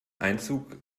einzug